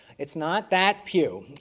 it is not that pew.